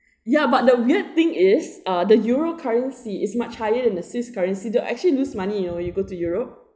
ya but the weird thing is uh the euro currency is much higher than the swiss currency though actually lose money you know when you go to europe